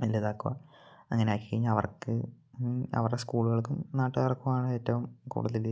നല്ലതാക്കുക അങ്ങനെ ആക്കി കഴിഞ്ഞാൽ അവർക്ക് അവരുടെ സ്കൂള്കൾക്കും നാട്ടുകാർക്കുമാണ് ഏറ്റവും കൂടുതൽ